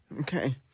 okay